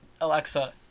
Alexa